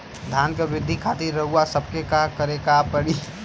धान क वृद्धि खातिर रउआ सबके का करे के पड़ी?